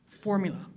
formula